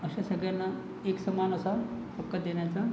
अशा सगळ्यांना एक समान असा हक्क देण्याचा